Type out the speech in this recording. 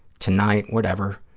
tonight, whatever,